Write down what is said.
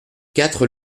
quatre